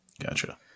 Gotcha